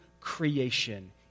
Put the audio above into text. creation